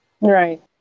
right